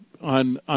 on